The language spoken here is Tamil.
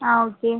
ஆ ஓகே